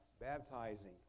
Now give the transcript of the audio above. baptizing